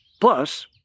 Plus